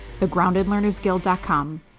thegroundedlearnersguild.com